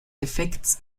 effekts